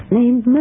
named